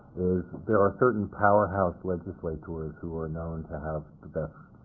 there are certain powerhouse legislators who are known to have the best